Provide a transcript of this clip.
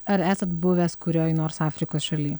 ar esat buvęs kurioj nors afrikos šaly